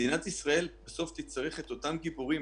מדינת ישראל בסוף תצטרך את אותם גיבורים,